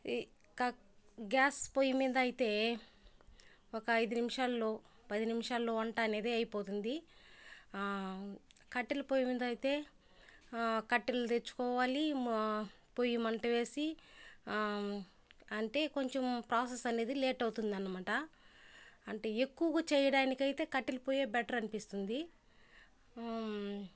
ఈ క గ్యాస్ పొయ్యి మింద అయితే ఒక ఐదు నిమిషాల్లో పది నిమిషాల్లో వంట అనేది అయిపోతుంది కట్టెల పొయ్యి మింద అయితే కట్టెలు తెచ్చుకోవాలి పొయ్యి మంట వేసి అంటే కొంచెం ప్రాసెస్ అనేది లేట్ అవుతుందనమాట అంటే ఎక్కువగా చెయ్యడానికైతే కట్టెల పొయ్యే బెటర్ అనిపిస్తుంది